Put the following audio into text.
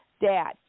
dad